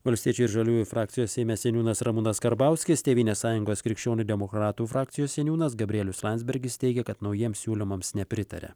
valstiečių ir žaliųjų frakcijos seime seniūnas ramūnas karbauskis tėvynės sąjungos krikščionių demokratų frakcijos seniūnas gabrielius landsbergis teigia kad naujiems siūlymams nepritaria